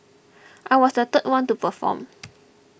I was the third one to perform